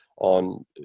on